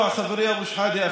חברי אבו שחאדה,